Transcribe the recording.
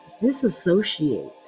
disassociate